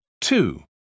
Two